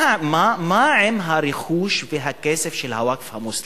מה עם הרכוש והכסף של הווקף המוסלמי?